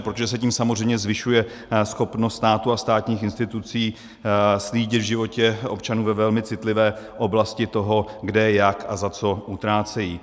Protože se tím samozřejmě zvyšuje schopnost státu a státních institucí slídit v životě občanů ve velmi citlivé oblasti toho, kde jak a za co utrácejí.